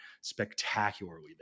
spectacularly